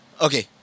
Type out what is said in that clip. okay